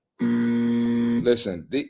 Listen